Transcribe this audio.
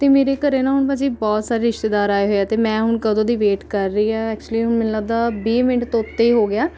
ਅਤੇ ਮੇਰੇ ਘਰ ਨਾ ਹੁਣ ਭਾਅ ਜੀ ਬਹੁਤ ਸਾਰੇ ਰਿਸ਼ਤੇਦਾਰ ਆਏ ਹੋਏ ਆ ਅਤੇ ਮੈਂ ਹੁਣ ਕਦੋਂ ਦੀ ਵੇਟ ਕਰ ਰਹੀ ਹਾਂ ਐਕਚੂਲੀ ਹੁਣ ਮੈਨੂੰ ਲੱਗਦਾ ਵੀਹ ਮਿੰਟ ਤੋਂ ਉੱਤੇ ਹੋ ਗਿਆ